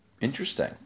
Interesting